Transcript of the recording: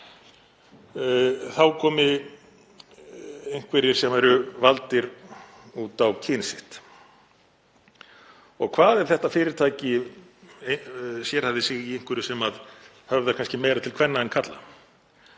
komi einhverjir sem væru valdir út á kyn sitt? Og hvað ef þetta fyrirtæki sérhæfði sig í einhverju sem höfðar kannski meira til kvenna en karla?